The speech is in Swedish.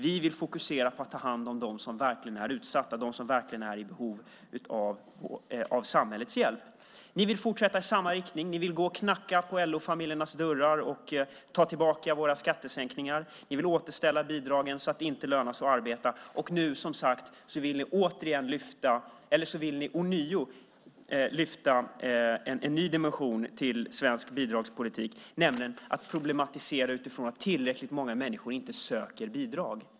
Vi vill fokusera på att ta hand om dem som verkligen är utsatta, de som verkligen är i behov av samhällets hjälp. Ni vill fortsätta i samma riktning. Ni vill knacka på LO-familjernas dörrar och ta tillbaka våra skattesänkningar. Ni vill återställa bidragen så att det inte lönar sig att arbeta. Och nu vill ni ånyo lägga en ny dimension till svensk bidragspolitik, nämligen att problematisera att inte tillräckligt många människor söker bidrag.